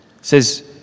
says